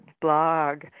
blog